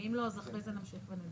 ואם לא אז אחרי זה נמשיך ונדבר.